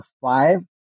five